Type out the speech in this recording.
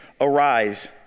Arise